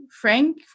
Frank